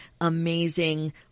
amazing